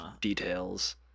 details